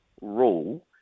rule